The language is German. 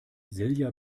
silja